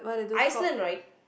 Iceland right